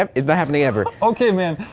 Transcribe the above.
um it's not happening ever. okay man,